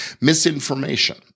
Misinformation